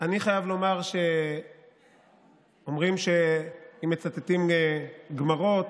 אני חייב לומר שאומרים כשמצטטים גמרות: